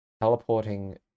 teleporting